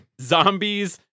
zombies